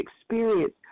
experience